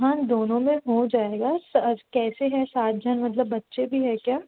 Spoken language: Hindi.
हाँ दोनो में हो जाएगा स कैसे है सात जन मतलब बच्चे भी हैं क्या